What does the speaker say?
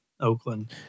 Oakland